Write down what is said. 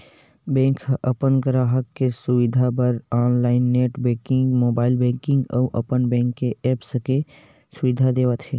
bank ह अपन गराहक के सुबिधा बर online net banking, mobile banking अउ अपन बेंक के ऐप्स के सुबिधा देवत हे